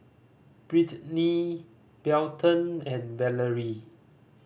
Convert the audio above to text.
Brittnie Belton and Valerie